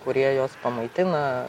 kurie juos pamaitina